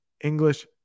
English